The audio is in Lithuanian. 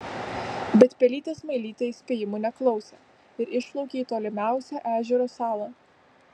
bet pelytė smailytė įspėjimų neklausė ir išplaukė į tolimiausią ežero salą